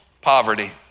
poverty